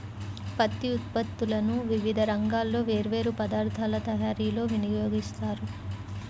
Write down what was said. పత్తి ఉత్పత్తులను వివిధ రంగాల్లో వేర్వేరు పదార్ధాల తయారీలో వినియోగిస్తారు